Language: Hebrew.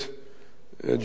ג'מאל זחאלקה